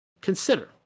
consider